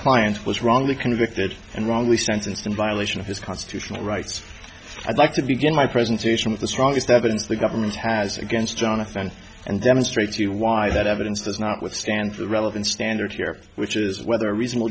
client was wrongly convicted and wrongly sentenced in violation of his constitutional rights i'd like to begin my presentation with the strongest evidence the government has against jonathan and demonstrate to you why that evidence does not withstand the relevant standard here which is whether a reasonable